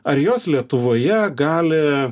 ar jos lietuvoje gali